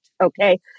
Okay